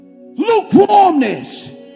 Lukewarmness